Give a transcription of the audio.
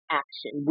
action